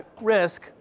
risk